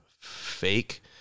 fake